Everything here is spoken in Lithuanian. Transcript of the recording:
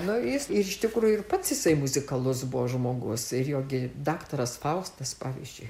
nu jis ir iš tikrųjų ir pats jisai muzikalus buvo žmogus ir jo daktaras faustas pavyzdžiui